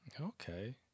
Okay